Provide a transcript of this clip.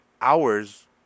hours